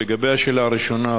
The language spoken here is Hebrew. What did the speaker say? לגבי השאלה הראשונה,